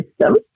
system